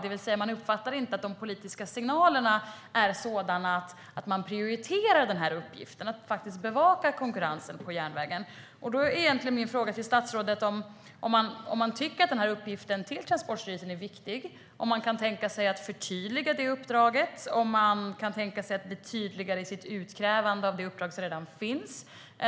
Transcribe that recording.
De uppfattar inte att de politiska signalerna är sådana att de ska prioritera uppgiften och faktiskt bevaka konkurrensen på järnvägen. Min fråga till statsrådet är: Tycker man att Transportstyrelsens uppgift är viktig, och kan man tänka sig att förtydliga uppdraget och bli tydligare i sitt utkrävande av det uppdrag som redan finns?